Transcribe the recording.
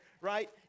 right